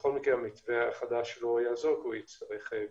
בכל מקרה המתווה החדש לא יעזור כי הוא יצטרך בידוד.